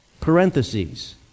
Parentheses